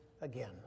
again